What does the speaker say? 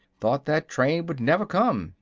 thought that train would never come,